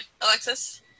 Alexis